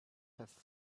have